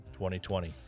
2020